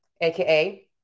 aka